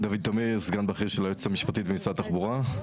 ביקשת שנמקד את ההתייחסות שלנו, זה המקום.